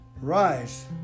Rise